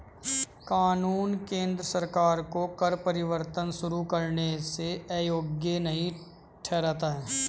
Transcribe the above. कानून केंद्र सरकार को कर परिवर्तन शुरू करने से अयोग्य नहीं ठहराता है